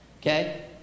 Okay